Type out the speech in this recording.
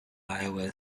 iowa